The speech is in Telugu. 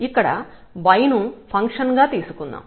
ఇక్కడ y ను ఫంక్షన్ గా తీసుకుందాం